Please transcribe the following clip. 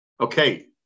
okay